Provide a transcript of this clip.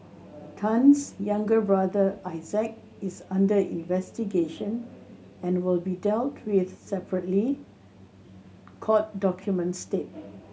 Tan's younger brother Isaac is under investigation and will be dealt with separately court documents state